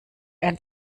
ein